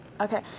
Okay